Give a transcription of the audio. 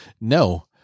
No